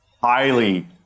Highly